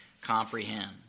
comprehend